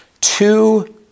two